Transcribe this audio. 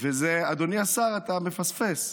אדוני השר, אתה מפספס.